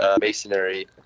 masonry